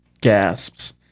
gasps